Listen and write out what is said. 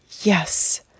Yes